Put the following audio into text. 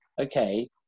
okay